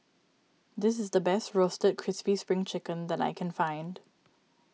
this is the best Roasted Crispy Spring Chicken that I can find